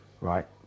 right